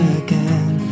again